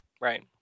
Right